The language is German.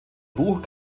buch